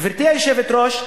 גברתי היושבת-ראש,